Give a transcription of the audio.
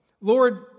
Lord